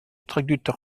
traducteur